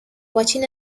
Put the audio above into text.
watching